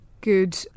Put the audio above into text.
good